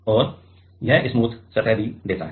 और यह स्मूथ सतह भी देता है